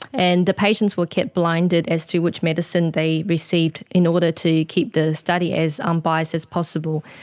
and the patients were kept blinded as to which medicine they received in order to keep the study as unbiased as possible.